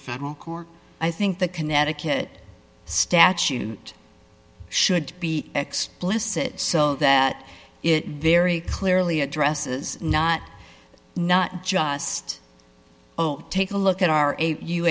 federal court i think the connecticut statute should be explicit so that it very clearly addresses not not just oh take a look at our eight you